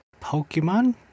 Pokemon